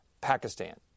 Pakistan